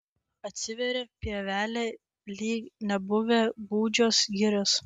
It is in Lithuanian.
atsiveria pievelė lyg nebuvę gūdžios girios